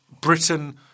Britain